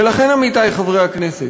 ולכן, עמיתי חברי הכנסת,